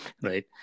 Right